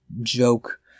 joke